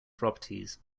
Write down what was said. properties